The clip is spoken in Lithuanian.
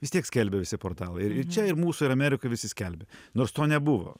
vis tiek skelbė visi portalai ir ir čia ir mūsų ir amerikoj visi skelbė nors to nebuvo